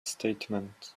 statement